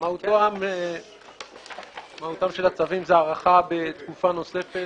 מהותם של הצווים היא הארכה בתקופה נוספת